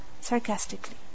sarcastically